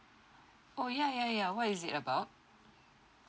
oh yeah yeah yeah what is it about